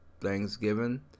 Thanksgiving